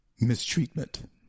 mistreatment